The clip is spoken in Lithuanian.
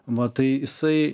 va tai jisai